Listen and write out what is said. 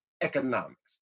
economics